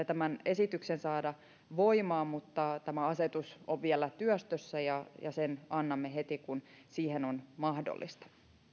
tämän esityksen saada voimaan mutta tämä asetus on vielä työstössä ja ja sen annamme heti kun se on mahdollista